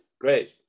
Great